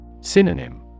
Synonym